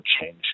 change